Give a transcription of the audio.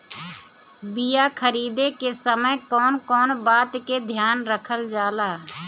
बीया खरीदे के समय कौन कौन बात के ध्यान रखल जाला?